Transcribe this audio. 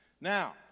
now